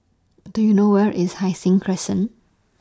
Do YOU know Where IS Hai Sing Crescent